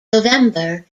november